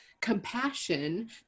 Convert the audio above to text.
compassion